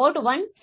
જોડો છો